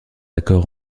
accord